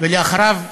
ואחריו